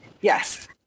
yes